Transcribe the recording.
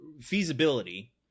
feasibility